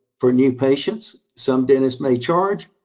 for new patients some dentists may charge.